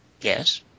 Yes